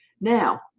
Now